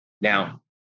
Now